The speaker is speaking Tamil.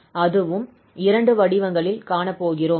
அதுவும் இரண்டு வடிவங்களில் காண போகிறோம்